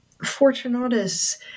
Fortunatus